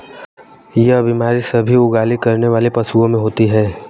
यह बीमारी सभी जुगाली करने वाले पशुओं में होती है